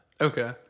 Okay